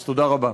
אז תודה רבה.